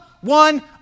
one